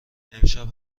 امشب